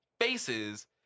faces